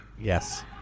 Yes